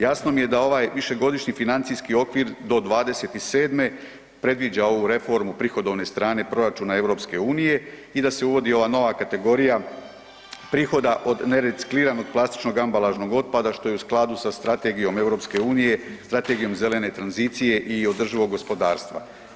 Jasno mi je da ovaj Višegodišnji financijski okvir do 2027. predviđa ovu reformu prihodovnog proračuna EU i da se uvodi ova nova kategorija prihoda od nerecikliranog plastičnog ambalažnog otpada što je u skladu sa Strategijom EU, Strategijom zelene tranzicije i održivog gospodarstva.